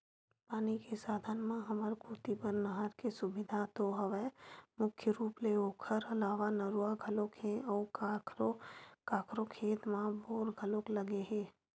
पानी के साधन म हमर कोती बर नहर के सुबिधा तो हवय मुख्य रुप ले ओखर अलावा नरूवा घलोक हे अउ कखरो कखरो खेत म बोर घलोक लगे हे